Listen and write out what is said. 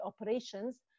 operations